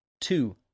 Two